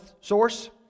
source